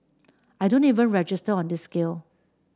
I don't even register on this scale